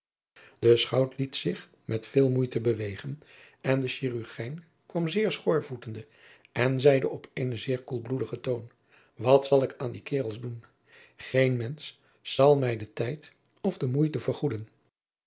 e chout liet zich met veel moeite bewegen en de hirurgijn kwam zeer schoorvoetende en zeide op een zeer koelbloedigen toon at zal ik aan die karels doen een mensch zal mij den tijd of de moeite vergoeden